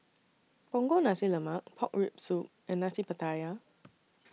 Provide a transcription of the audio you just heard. Punggol Nasi Lemak Pork Rib Soup and Nasi Pattaya